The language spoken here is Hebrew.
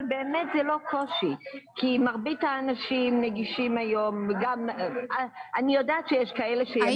אבל זה לא קושי למרות שאני יודעת שיש כאלה שיגידו שזה עדיין דיגיטלי.